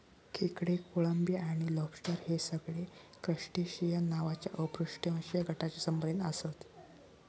खेकडे, कोळंबी आणि लॉबस्टर हे सगळे क्रस्टेशिअन नावाच्या अपृष्ठवंशी गटाशी संबंधित आसत